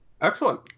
excellent